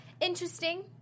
interesting